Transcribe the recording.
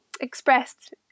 expressed